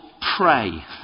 pray